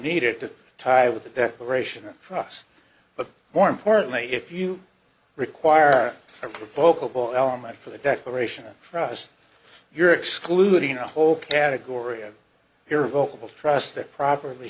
need it to tie with the declaration for us but more importantly if you require a polka ball element for the declaration for us you're excluding a whole category of your vocal trust that properly